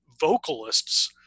vocalists